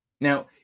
Now